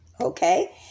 okay